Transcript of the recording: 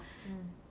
mm